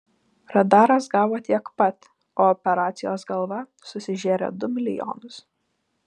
radaras gavo tiek pat o operacijos galva susižėrė du milijonus